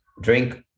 drink